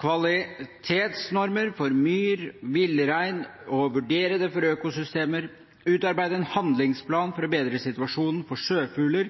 kvalitetsnormer for myr og villrein og å vurdere det for økosystemer, utarbeide en handlingsplan for å